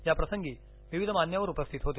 याप्रसंगी विविध मान्यवर उपस्थित होते